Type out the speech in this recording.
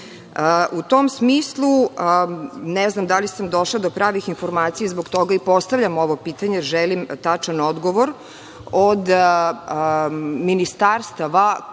tom smislu, ne znam da li sam došla do pravih informacija, zbog toga i postavljam pitanje, želim tačan odgovor od ministarstava koja